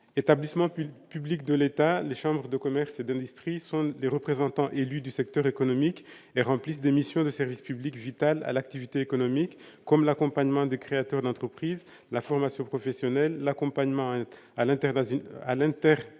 établissement puis publique de l'État, les chambres de commerce et de ministres, ils sont les représentants élus du secteur économique et remplissent des missions de service public vital à l'activité économique comme l'accompagnement des créateurs d'entreprise, la formation professionnelle, l'accompagnement et à l'international